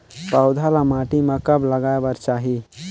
पौधा ल माटी म कब लगाए बर चाही?